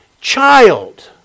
child